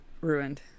ruined